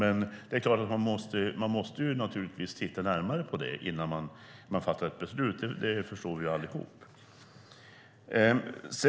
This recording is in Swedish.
Men det är klart att man måste titta närmare på det innan man kan fatta ett beslut. Det förstår vi allihop.